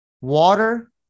Water